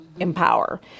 Empower